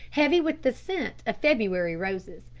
heavy with the scent of february roses,